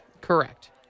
Correct